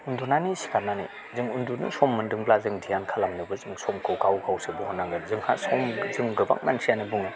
उन्दुनानै सिखारनानै जों उन्दुनो सम मोन्दोंब्ला जों ध्यान खालामनोबो जों समखौ गाव गावसो बहननांगोन जोंहा सम जों गोबां मानसियानो बुङो